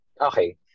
Okay